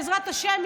בעזרת השם,